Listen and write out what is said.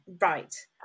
Right